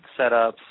setups